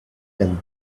them